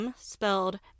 spelled